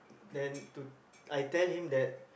then to I tell him that